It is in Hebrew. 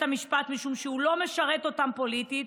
המשפט משום שהוא לא משרת אותם פוליטית,